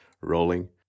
rolling